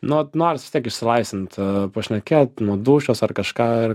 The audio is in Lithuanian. nu vat noris vis tiek išsilaisvint pašnekėt nuo dūšios ar kažką ir